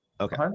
Okay